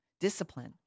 discipline